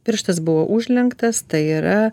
pirštas buvo užlenktas tai yra